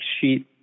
sheet